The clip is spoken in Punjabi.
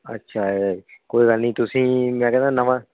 ਅੱਛਾ ਕੋਈ ਗੱਲ ਨਹੀਂ ਤੁਸੀਂ ਮੈਂ ਕਹਿੰਦਾ ਨਵਾਂ